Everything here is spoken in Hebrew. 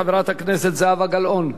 חברת הכנסת זהבה גלאון.